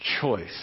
choice